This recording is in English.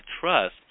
trust